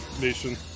Nation